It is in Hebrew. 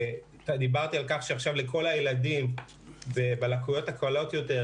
דיברתי על כך שעכשיו לכל הילדים בלקויות הקלות יותר,